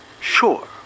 sure